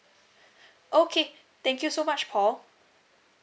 okay thank you so much paul